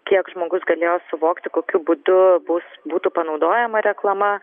kiek žmogus galėjo suvokti kokiu būdu bus būtų panaudojama reklama